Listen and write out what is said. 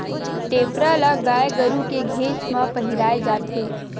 टेपरा ल गाय गरु के घेंच म पहिराय जाथे